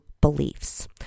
beliefs